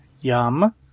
Yum